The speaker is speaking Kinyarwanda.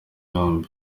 yombi